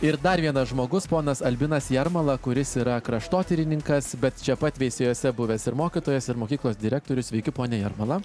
ir dar vienas žmogus ponas albinas jarmala kuris yra kraštotyrininkas bet čia pat veisiejuose buvęs ir mokytojas ir mokyklos direktorius sveiki pone jarmala